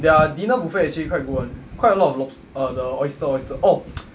their dinner buffet actually quite good [one] quite a lot of lobs~ uh the oyster oyster orh